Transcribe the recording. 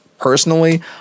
personally